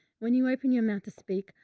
when you open your mouth to speak,